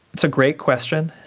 that's a great question.